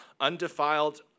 undefiled